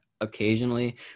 occasionally